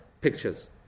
pictures